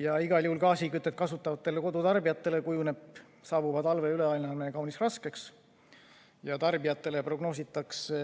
Igal juhul gaasikütet kasutavatele kodutarbijatele kujuneb saabuva talve üleelamine kaunis raskeks ja tarbijatele prognoositakse,